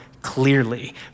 clearly